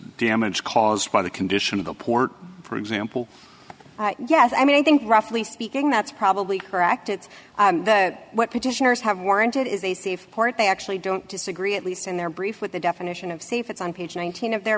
damage caused by the condition of the port for example yes i mean i think roughly speaking that's probably correct it's what petitioners have warranted is a safe port they actually don't disagree at least in their brief with the definition of safe it's on page nineteen of their